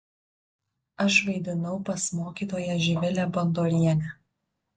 aš vaidinau pas mokytoją živilę bandorienę